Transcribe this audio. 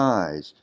eyes